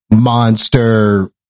monster